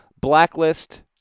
blacklist